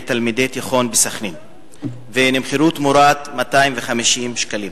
תלמידי תיכון בסח'נין ונמכרו תמורת 250 ש"ח.